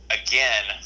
again